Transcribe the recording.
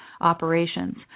operations